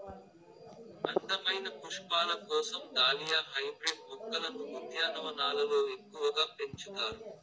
అందమైన పుష్పాల కోసం దాలియా హైబ్రిడ్ మొక్కలను ఉద్యానవనాలలో ఎక్కువగా పెంచుతారు